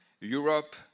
Europe